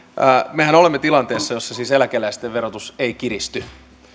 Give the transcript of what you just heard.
mehän olemme todellakin tilanteessa jossa siis eläkeläisten verotus ei kiristy